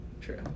True